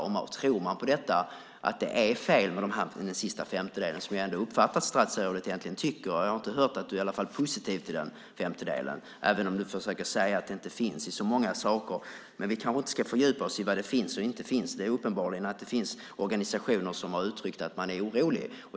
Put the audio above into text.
Jag uppfattar ändå att statsrådet egentligen tycker att det är fel med den sista femtedelen - jag har inte hört att han är positiv till den, även om han försöker säga att ämnet inte finns i så många saker. Men vi kanske inte ska fördjupa oss i var det finns och inte finns - det är uppenbart att det finns organisationer som har uttryckt att man är orolig.